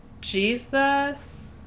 Jesus